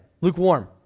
lukewarm